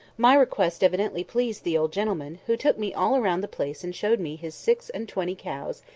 my request evidently pleased the old gentleman, who took me all round the place and showed me his six-and-twenty cows,